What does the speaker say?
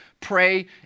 pray